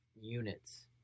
units